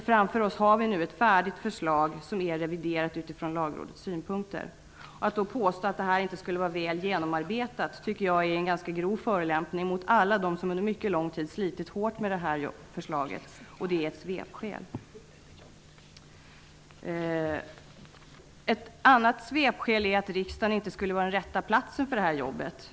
Framför oss har vi nu ändå ett färdigt förslag, som är reviderat utifrån Lagrådets synpunkter. Att påstå att förslaget inte skulle vara väl genomarbetat tycker jag därför är en ganska grov förolämpning mot alla dem som under mycket lång tid har slitet hårt med förslaget, och ett sådant påstående är ett svepskäl. Ett annat svepskäl är att riksdagen inte skulle vara den rätta platsen för det här jobbet.